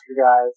guys